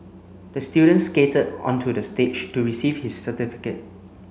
the student skated onto the stage to receive his certificate